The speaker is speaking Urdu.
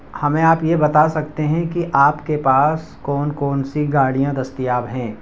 ہمیں آپ یہ بتا سکتے ہیں کہ آپ کے پاس کون کون سی گاڑیاں دستیاب ہیں